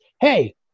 hey